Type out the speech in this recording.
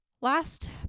last